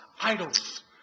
idols